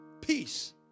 peace